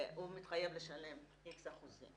הוא מתחייב לשלם איקס אחוזים.